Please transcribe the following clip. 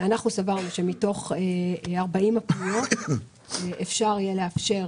אנחנו סברנו שמתוך 40 הפניות אפשר יהיה לאפשר